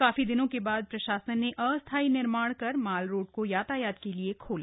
काफी दिनों के बाद प्रशासन ने अस्थायी निर्माण कर माल रोड को यातायात के लिये खोला